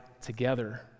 together